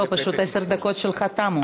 פשוט עשר הדקות שלך תמו.